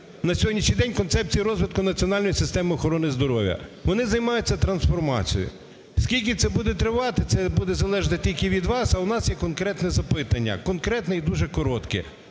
на сьогоднішній день концепції розвитку національної системи охорони здоров'я, вони займаються трансформацією. Скільки це буде тривати, це буде залежати тільки від вас. А у нас є конкретне запитання, конкретне і дуже коротке.